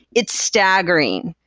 it's staggering.